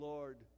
Lord